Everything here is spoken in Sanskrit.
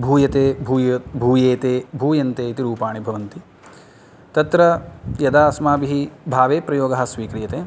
भूयते भूय भूयेते भूयन्ते इति रूपाणि भवन्ति तत्र यदा अस्माभिः भावे प्रयोगः स्वीक्रियते